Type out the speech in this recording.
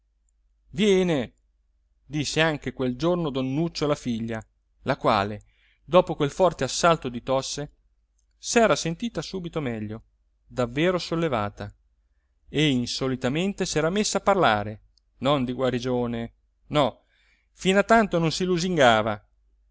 viene disse anche quel giorno don nuccio alla figlia la quale dopo quel forte assalto di tosse s'era sentita subito meglio davvero sollevata e insolitamente s'era messa a parlare non di guarigione no fino a tanto non si lusingava ma